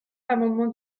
l’amendement